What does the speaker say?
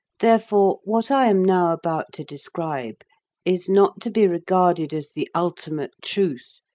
therefore, what i am now about to describe is not to be regarded as the ultimate truth,